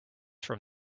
from